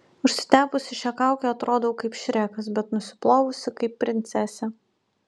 užsitepusi šią kaukę atrodau kaip šrekas bet nusiplovusi kaip princesė